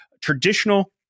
traditional